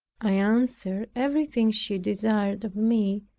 i answered everything she desired of me,